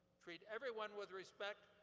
treat everyone with respect.